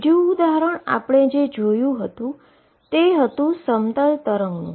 ત્રીજું ઉદાહરણ જે મેં તમને આપ્યુ હતુ તે પ્લેન વેવનુ હતું